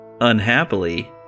unhappily